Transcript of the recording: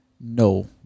No